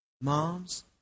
moms